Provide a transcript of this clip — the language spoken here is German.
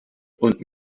und